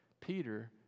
Peter